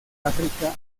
áfrica